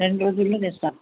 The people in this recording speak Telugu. రెండు రోజులల్లో తెస్తా